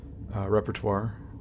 repertoire